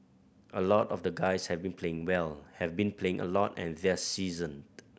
a lot of the guys have been playing well have been playing a lot and they're seasoned